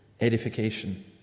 edification